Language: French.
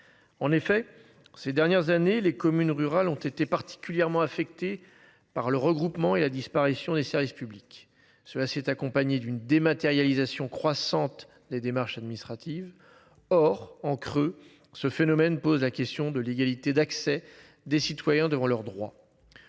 En effet, ces dernières années les communes rurales ont été particulièrement affectées par le regroupement et la disparition des services publics. Cela s'est accompagné d'une dématérialisation croissante des démarches administratives. Or en creux ce phénomène pose la question de l'égalité d'accès des citoyens devant leurs droits.